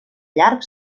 llarg